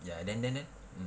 ya then then eh